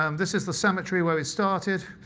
um this is the cemetery where we started.